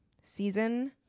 season